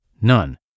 none